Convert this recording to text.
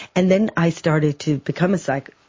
and then i started to become a psych,